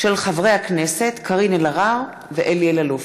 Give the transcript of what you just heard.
של חברי הכנסת קארין אלהרר ואלי אלאלוף.